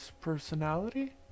personality